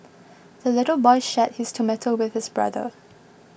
the little boy shared his tomato with his brother